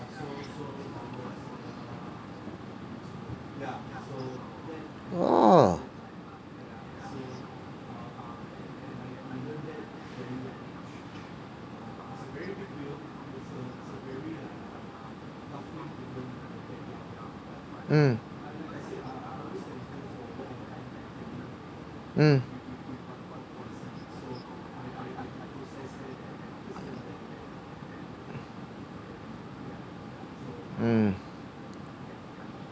!whoa! um um um